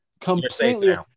completely